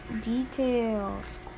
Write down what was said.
details